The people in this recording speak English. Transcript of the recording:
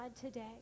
today